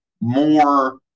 more